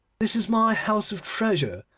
this is my house of treasure,